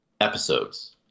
episodes